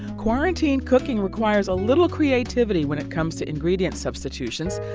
quarantine cooking requires a little creativity when it comes to ingredient substitutions,